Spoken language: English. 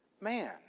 man